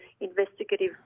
investigative